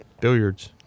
Billiards